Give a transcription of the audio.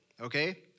Okay